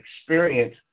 experience